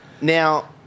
Now